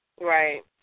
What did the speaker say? Right